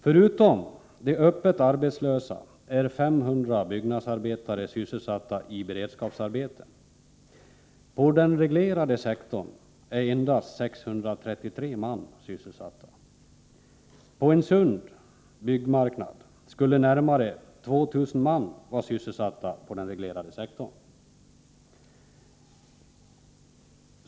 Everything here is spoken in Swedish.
Förutom de öppet arbetslösa är 500 byggnadsarbetare sysselsatta i beredskapsarbeten. På den reglerade sektorn är endast 633 sysselsatta. På en sund byggarbetsmarknad skulle närmare 2 000 man vara sysselsatta inom den reglerade sektorn.